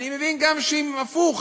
אני מבין גם שאם קורה הפוך,